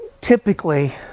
typically